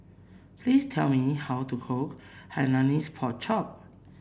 please tell me how to cook Hainanese Pork Chop